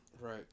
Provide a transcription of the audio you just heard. Right